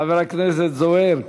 חבר הכנסת זוהיר,